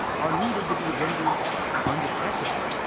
are needed to be rendered undetectable.